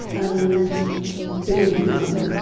and it wouldn't come,